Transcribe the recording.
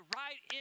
right